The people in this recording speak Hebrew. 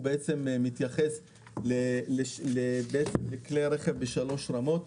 הוא מתייחס לכלי רכב בשלוש רמות.